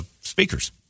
speakers